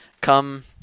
come